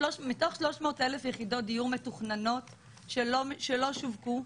מתוך 300,000 יחידות דיור מתוכננות שלא שווקו,